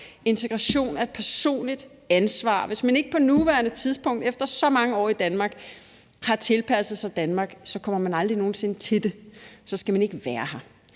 integration er et personligt ansvar, og hvis man ikke på nuværende tidspunkt efter så mange år i Danmark har tilpasset sig Danmark kommer man aldrig nogen sinde til det, og så skal man ikke være her.